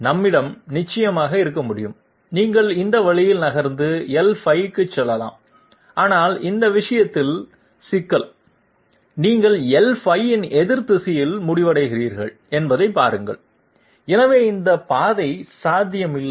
நம்மிடம் நிச்சயமாக இருக்க முடியும் நீங்கள் இந்த வழியில் நகர்ந்து l5 க்கு செல்லலாம் ஆனால் இந்த விஷயத்தில் சிக்கல் நீங்கள் l5 இன் எதிர் திசையில் முடிவடைகிறீர்கள் என்பதைப் பாருங்கள் எனவே இந்த பாதை சாத்தியமில்லை